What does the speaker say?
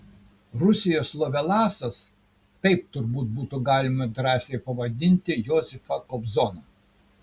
rusijos lovelasas taip turbūt būtų galima drąsiai pavadinti josifą kobzoną